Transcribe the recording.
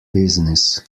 business